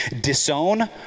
disown